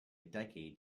decade